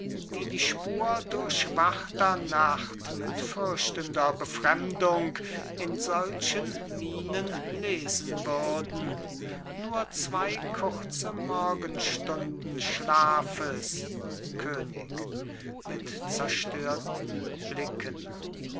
die die spur durchwachter nacht mit fürchtender befremdung in solchen mienen lesen würden nur zwei kurze morgenstunden schlafes könig mit zerstörten blicken